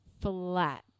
flat